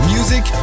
Music